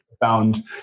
found